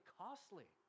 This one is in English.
costly